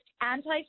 anti